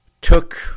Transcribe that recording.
took